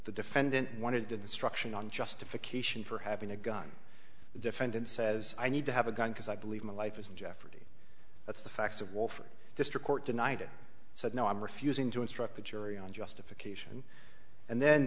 the defendant wanted to destruction on justification for having a gun the defendant says i need to have a gun because i believe my life is in jeopardy that's the facts of will for district court denied it said no i'm refusing to instruct the jury on justification and then